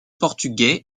portugais